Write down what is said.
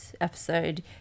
episode